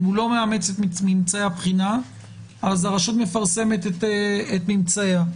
אם לא, הרשות מפרסמת את ממצאיה.